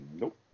Nope